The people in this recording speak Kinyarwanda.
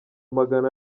magana